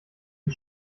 die